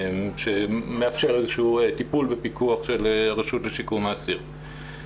שמאפשר איזה שהוא טיפול בפיקוח של רשות לשיקום האסיר.